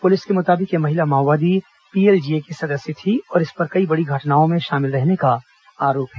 police के मुताबिक यह महिला माओवादी पीएलजीए की सदस्य थी और इस पर कई बड़ी घटनाओं में शामिल रहने का आरोप है